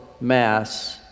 mass